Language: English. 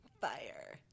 fire